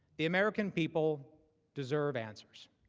the american people deserve answers.